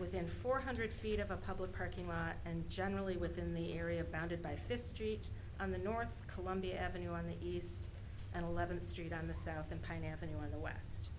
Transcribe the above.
within four hundred feet of a public parking lot and generally within the area bounded by fifth street on the north columbia avenue on the east and eleventh street on the south and pine avenue on the west